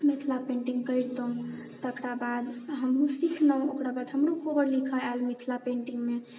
Mithila painting करितहुँ तकरा बाद हमहुँ सीखलहुँ ओकरा बाद हमरो कोबर लिखऽ आएल मिथिला पेंटिङ्गमे